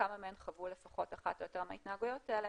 כמה מהן חוו אחת או יותר מההתנהגויות האלה,